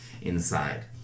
inside